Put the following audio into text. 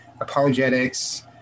apologetics